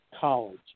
college